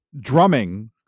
drumming